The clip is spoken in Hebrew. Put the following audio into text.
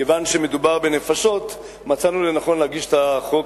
כיוון שמדובר בנפשות מצאנו לנכון להגיש את החוק,